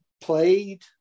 played